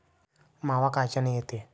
मावा कायच्यानं येते?